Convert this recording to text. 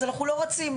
אז אנחנו לא רצים,